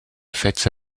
fêtes